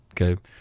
Okay